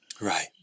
Right